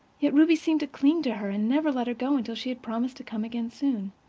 yet ruby seemed to cling to her, and never let her go until she had promised to come again soon.